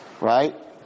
right